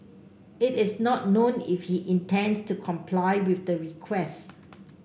it is not known if he intends to comply with the request